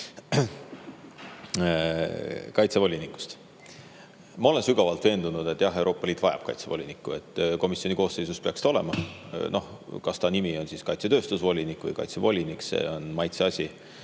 ma olen sügavalt veendunud, et jah, Euroopa Liit vajab kaitsevolinikku. Komisjoni koosseisus peaks ta olema. Kas tema nimetus on kaitsetööstusvolinik või kaitsevolinik, on maitse asi.